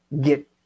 get